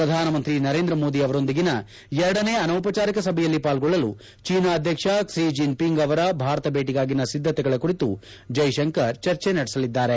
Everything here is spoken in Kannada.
ಪ್ರಧಾನಮಂತ್ರಿ ನರೇಂದ್ರ ಮೋದಿ ಅವರೊಂದಿಗಿನ ಎರಡನೇ ಅನೌಪಚಾರಿಕ ಸಭೆಯಲ್ಲಿ ಪಾಲ್ಗೊಳ್ಳಲು ಚೀನಾ ಅಧ್ಯಕ್ಷ ಕ್ಷಿ ಜಿಂಗ್ಒಿಂಗ್ ಅವರ ಭಾರತ ಭೇಟಗಾಗಿನ ಸಿದ್ದತೆಗಳ ಕುರಿತು ಜೈಶಂಕರ್ ಚರ್ಚೆ ನಡೆಸಲಿದ್ದಾರೆ